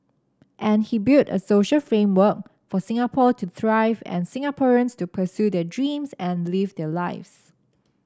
and he build a social framework for Singapore to thrive and Singaporeans to pursue their dreams and live their lives